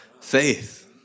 faith